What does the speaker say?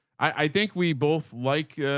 i think we both like,